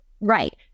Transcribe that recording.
Right